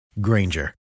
Granger